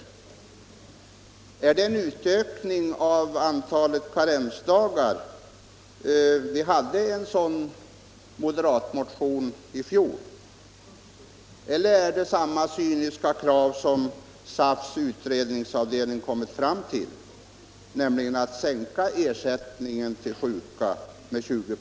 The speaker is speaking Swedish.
Vill man ha en ökning av antalet karensdagar? I fjol fanns en moderatmotion med ett sådant yrkande. Eller har man samma cyniska krav som SAF:s utredningsavdelning har kommit fram till, nämligen att ersättningen till sjuka skall sänkas med 20 26?